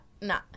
no